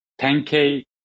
10K